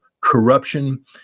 corruption